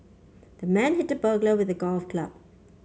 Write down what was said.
the man hit the burglar with a golf club